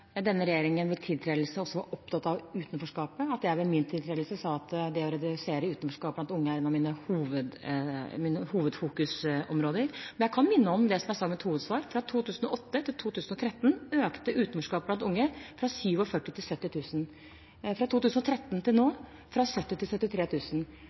denne regjeringen ved tiltredelsen også var opptatt av utenforskapet, for at jeg ved min tiltredelse sa at det å redusere utenforskapet blant unge er et av mine hovedfokusområder. Jeg kan minne om det jeg sa i mitt hovedsvar: Fra 2008 til 2013 økte utenforskapet blant unge fra 47 000 til 70 000. Fra 2013 til